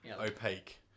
opaque